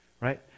right